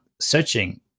Searching